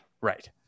Right